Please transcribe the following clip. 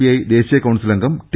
I ദേശീയ council അംഗം T